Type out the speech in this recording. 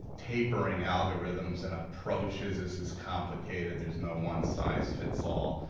tapering algorithms and approaches, this is complicated, there's no one size fits all.